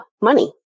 money